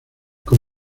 con